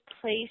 place